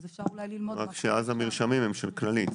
רק שאז המרשמים הם של הכללית.